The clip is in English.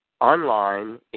online